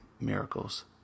miracles